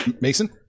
Mason